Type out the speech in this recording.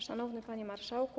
Szanowny Panie Marszałku!